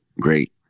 great